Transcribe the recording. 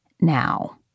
now